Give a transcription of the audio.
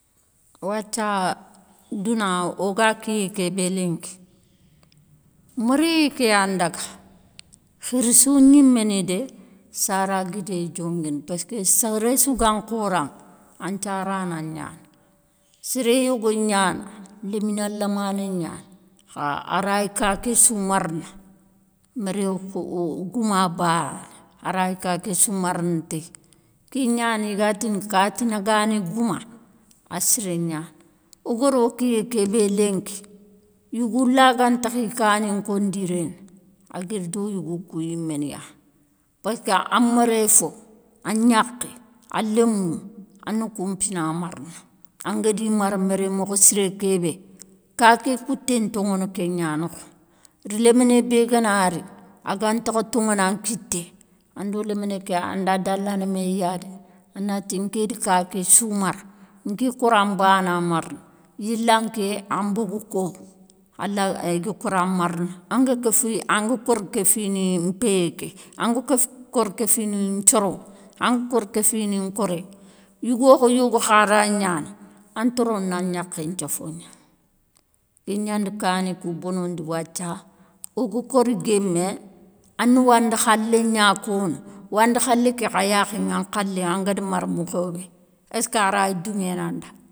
Wathia douna woga kiyé kébé lenki, méréyé ké yan daga, khirsou gniméni dé, sara guidé dongué, paski séré sou gan khoraŋa an thiarana gnani, séré yogoya gnana lémina lamané gnani, kha arayi ka ké sou marana, méré gouma bané, arayi ka ké sou marana téyi ké gnani i gatini kati nagani gouma a siré gnani, o garo kiyé ké bé lenki, yougou la gantakha i kani ncondiréné a guiri do yougou kou yiméni ya. Péské a méréfo a gnakhé, a lémou, a nan kounpina marana, angadi mara méré mokho siré kébé kaké kouté ntoŋono ké gna nokho. Léminé bé ganari agantakha toŋonan kitté. Ando léminé ké anda dalana mé ya dé, a na ti nké da ka ké sou mara nga kora nbana marana. Yila nké an bogou ko, i ga kora marana anga kéfi anga ori kéfini nkoré. Yougo yogo kha ray gnana an toro na gnakhé nthofo gna, ké gnada kani kou bonondi wathia, o go kori guémé a na wanda khalé gna kono, wandé khalé ké kha yakhé ŋa khalé, angada mara mokho bé, eské raya douŋénanda.